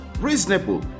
Reasonable